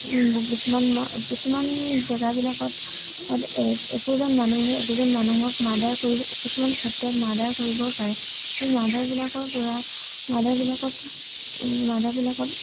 কিছুমান কিছুমান জেগাবিলাকত একোজন মানুহে একোজন মানুহক মাৰ্ডাৰ কৰি কিছুমান ক্ষেত্ৰত মাৰ্ডাৰ কৰিবও পাৰে সেই মাৰ্ডাৰবিলাকৰপৰা মাৰ্ডাৰবিলাকত মাৰ্ডাৰবিলাকত